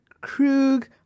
Krug